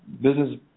business